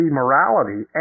morality